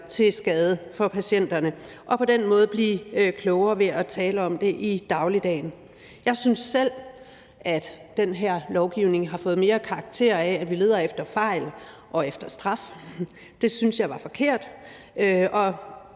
til skade for patienterne, og på den måde blive klogere ved at tale om det i dagligdagen. Jeg synes selv, at den her lovgivning mere har fået karakter af, at vi leder efter fejl og efter straf. Det synes jeg er forkert,